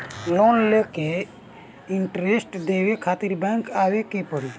Loan के interest देवे खातिर बैंक आवे के पड़ी?